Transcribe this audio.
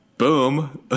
Boom